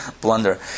blunder